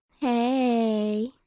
Hey